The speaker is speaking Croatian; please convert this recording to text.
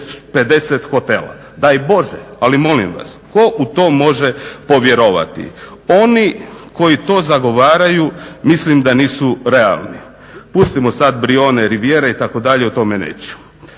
50 hotel, daj Bože, ali molim vas tko u to može povjerovati. Oni koji to zagovaraju mislim da nisu realni. Pustimo sada Brijune Rivijera itd. o tome neću.